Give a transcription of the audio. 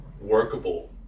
workable